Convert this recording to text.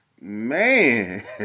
Man